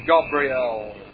Gabriel